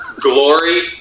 Glory